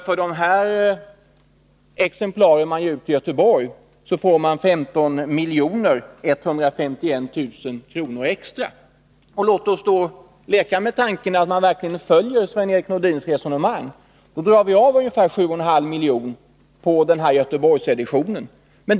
För de exemplar man ger ut i Göteborg får man 15 151 000 kr. extra. Låt oss då leka med tanken att vi verkligen följer Sven-Erik Nordins resonemang och drar av ungefär 7,5 miljoner på Göteborgseditionen.